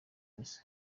prof